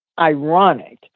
ironic